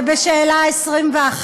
ובשאלה 21: